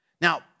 Now